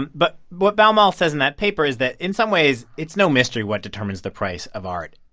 and but what baumol says in that paper is that, in some ways, it's no mystery what determines the price of art.